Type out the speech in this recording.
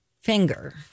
finger